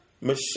Michelle